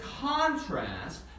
contrast